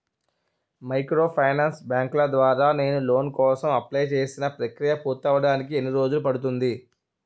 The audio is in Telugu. మైక్రోఫైనాన్స్ బ్యాంకుల ద్వారా నేను లోన్ కోసం అప్లయ్ చేసిన ప్రక్రియ పూర్తవడానికి ఎన్ని రోజులు పడుతుంది?